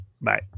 Bye